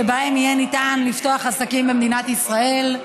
שבהם יהיה אפשר לפתוח עסקים במדינת ישראל.